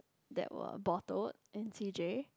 that were bottled in C_J